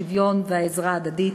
השוויון והעזרה ההדדית,